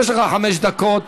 יש לך חמש דקות